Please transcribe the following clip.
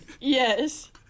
Yes